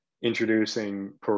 introducing